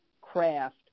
craft